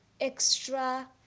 extra